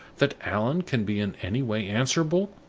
that allan can be in any way answerable?